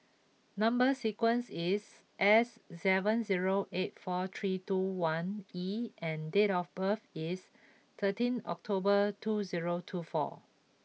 number sequence is S seven zero eight four three two one E and date of birth is thirteen October two zero two four